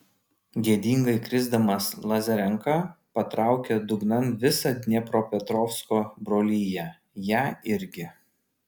gėdingai krisdamas lazarenka patraukė dugnan visą dniepropetrovsko broliją ją irgi